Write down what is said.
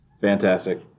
Fantastic